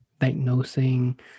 diagnosing